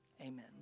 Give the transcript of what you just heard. amen